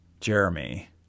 jeremy